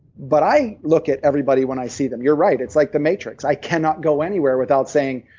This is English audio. but i look at everybody when i see them, you're right, it's like the matrix. i cannot go anywhere without saying,